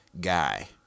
guy